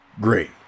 Great